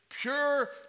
pure